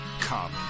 Come